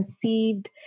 conceived